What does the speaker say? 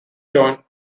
joint